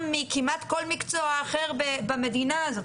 מכמעט כל מקצוע אחר במדינה הזאת.